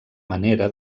manera